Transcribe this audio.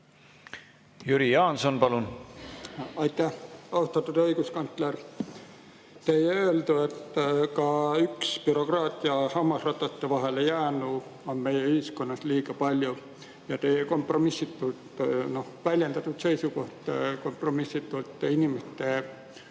Jüri Jaanson, palun! Aitäh! Austatud õiguskantsler! Teie öeldu, et ka üks bürokraatia hammasrataste vahele jäänu on meie ühiskonnas liiga palju, ja teie kompromissitult väljendatud seisukoht, kompromissitult inimeste eest